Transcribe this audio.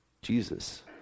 Jesus